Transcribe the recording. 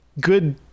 good